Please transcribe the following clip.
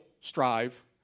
strive